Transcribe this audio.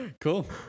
Cool